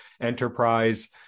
enterprise